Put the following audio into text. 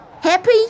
Happy